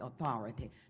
authority